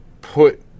put